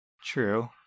true